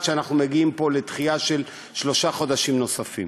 עד שאנחנו מגיעים פה לדחייה של שלושה חודשים נוספים.